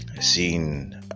seen